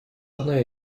одна